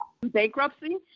bankruptcy